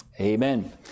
amen